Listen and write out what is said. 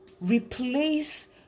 replace